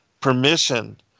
permission